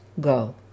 go